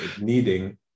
needing